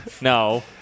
no